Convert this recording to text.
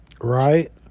right